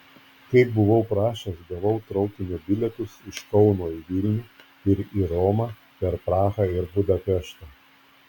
kaip buvau prašęs gavau traukinio bilietus iš kauno į vilnių ir į romą per prahą ir budapeštą